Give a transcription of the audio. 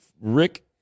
Rick